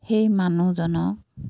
সেই মানুহজনক